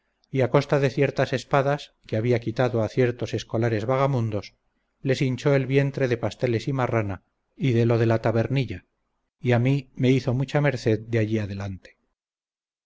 y a costa de ciertas espadas que había quitado a ciertos escolares vagamundos les hinchó el vientre de pasteles y marrana y de lo de la tabernilla y a mi me hizo mucha merced de allí adelante